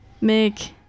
make